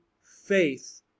faith